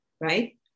right